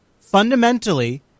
fundamentally